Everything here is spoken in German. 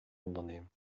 unternehmen